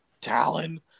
Talon